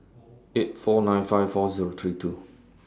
eight four nine five four Zero three two